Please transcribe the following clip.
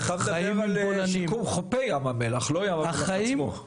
אתה מדבר על שיקום חופי ים המלח, לא הים עצמו.